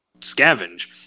scavenge